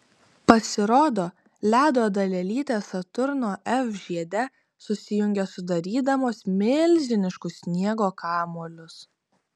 pasirodo ledo dalelytės saturno f žiede susijungia sudarydamos milžiniškus sniego kamuolius